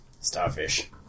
Starfish